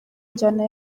njyana